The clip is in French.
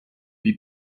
lui